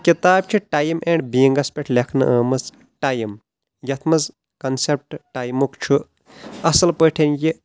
یہِ کِتاب چھِ ٹایم اینٛڈ بینگس پٮ۪ٹھ لیکھنہٕ آمٕژ ٹایم یتھ منٛز کنسیٚپٹ ٹایمُک چھُ اصل پٲٹھۍ یہِ